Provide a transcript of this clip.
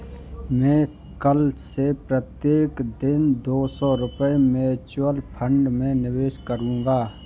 मैं कल से प्रत्येक दिन दो सौ रुपए म्यूचुअल फ़ंड में निवेश करूंगा